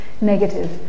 negative